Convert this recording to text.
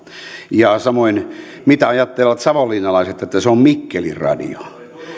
ja samoin mitä ajattelevat savonlinnalaiset siitä että se on mikkelin radio